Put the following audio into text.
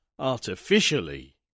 artificially